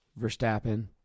Verstappen